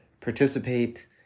participate